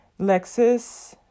Lexus